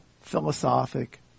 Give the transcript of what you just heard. philosophic